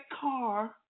car